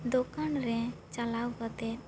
ᱫᱚᱠᱟᱱ ᱨᱮ ᱪᱟᱞᱟᱣ ᱠᱟᱛᱮ